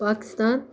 Pakistan